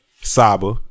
Saba